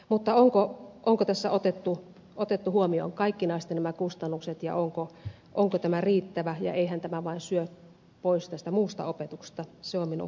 mutta onko tässä otettu huomioon kaikki nämä kustannukset ja onko tämä riittävä ja eihän tämä vain syö pois tästä muusta opetuksesta se on minun huolen aiheeni